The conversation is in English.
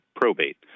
probate